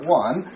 one